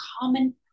common